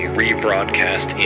rebroadcast